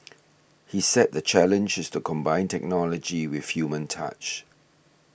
he said the challenge is to combine technology with human touch